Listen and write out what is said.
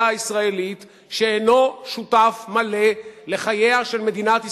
הישראלית שאינו שותף מלא לחייה של מדינת ישראל,